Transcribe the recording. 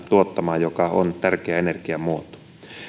tuottamaan biokaasua joka on tärkeä energiamuoto